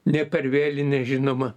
ne per vėlines žinoma